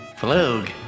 Flug